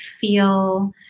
feel